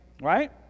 right